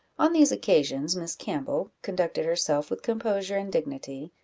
on these occasions miss campbell conducted herself with composure and dignity,